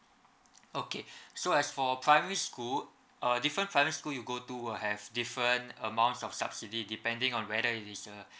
okay so as for primary school uh different primary school you go to will have different amounts of subsidy depending on whether it is a